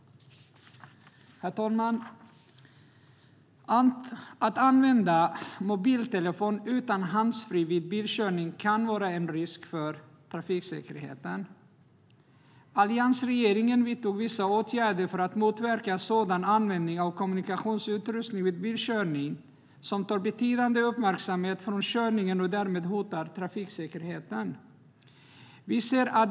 Herr talman! Att använda mobiltelefon utan handsfree vid bilkörning kan vara en risk för trafiksäkerheten. Alliansregeringen vidtog vissa åtgärder för att motverka sådan användning av kommunikationsutrustning vid bilkörning som tar betydande uppmärksamhet från körningen och därmed hotar trafiksäkerheten.